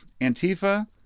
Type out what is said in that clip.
Antifa